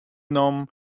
nommen